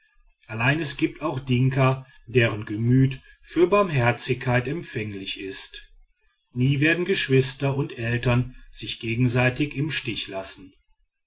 allein es gibt auch dinka deren gemüt für barmherzigkeit empfänglich ist nie werden geschwister und eltern sich gegenseitig im stich lassen